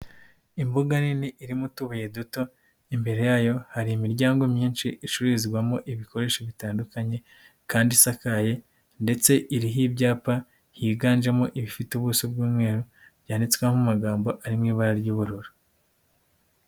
Imbuga nini irimo utubuye duto imbere yayo hari imiryango myinshi icururizwamo ibikoresho bitandukanye kandi isakaye ndetse iriho ibyapa higanjemo ibifite ubuso bw'umweru byanditswemo amagambo ari mu ibara ry'ubururu.